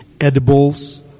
Edibles